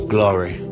Glory